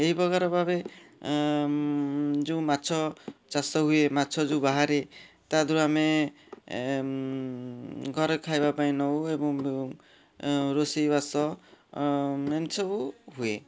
ଏହି ପ୍ରକାର ଭାବେ ଯେଉଁ ମାଛ ଚାଷ ହୁଏ ମାଛ ଯେଉଁ ବାହାରେ ତାଧିଅରୁ ଆମେ ଘରେ ଖାଇବା ପାଇଁ ନେଉ ଏବଂ ରୋଷେଇ ବାସ ଏମିତି ସବୁ ହୁଏ